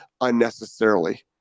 unnecessarily